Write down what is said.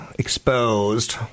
Exposed